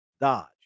Dodge